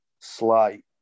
slight